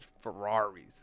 Ferraris